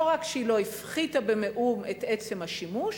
לא רק שהיא לא הפחיתה במאום את עצם השימוש,